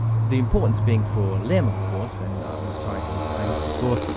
the importance being for lem of course, and i'm sorry i didn't explain this before,